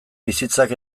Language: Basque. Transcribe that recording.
bizitzak